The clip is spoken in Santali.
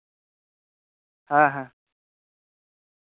ᱦᱮᱸ ᱦᱮᱸ